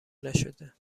نشده